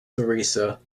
theresa